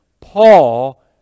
Paul